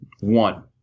one